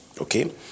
Okay